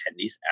attendees